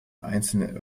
einzelne